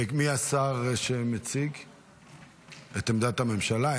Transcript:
מי השר שמציג את עמדת הממשלה?